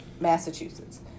Massachusetts